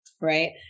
right